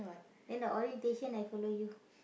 then the orientation I follow you